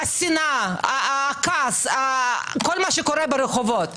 השנאה, הכעס, כל מה שקורה ברחובות.